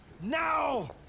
now